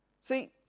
See